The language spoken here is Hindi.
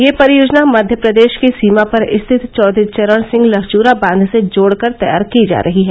यह परियोजना मध्य प्रदेश की सीमा पर स्थित चौधरी चरण सिंह लहचुरा बांध से जोड़कर तैयार की जा रही है